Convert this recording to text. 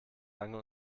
lange